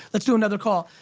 let's do another call.